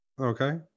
Okay